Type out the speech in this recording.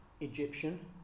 Egyptian